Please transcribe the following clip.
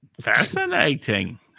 Fascinating